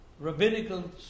rabbinical